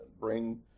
bring